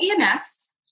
EMS